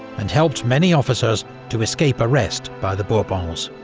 and helped many officers to escape arrest by the bourbons.